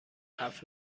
هفت